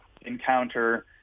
encounter